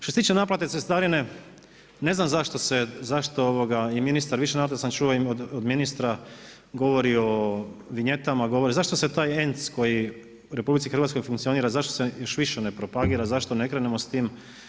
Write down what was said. Što se tiče naplate cestarine, ne znam zašto se, zašto i ministar, više na to sam čuo od ministra, govori o vinjetama, govori, zašto se taj ENC koji u RH funkcionira zašto se još više ne propagira, zašto ne krenemo sa time?